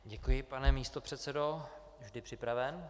Děkuji, pane místopředsedo, vždy připraven.